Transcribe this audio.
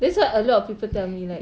that's what a lot of people tell me like